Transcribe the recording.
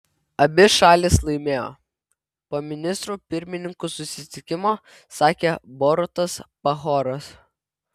abi šalys laimėjo po ministrų pirmininkų susitikimo sakė borutas pahoras